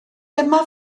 dyma